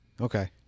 Okay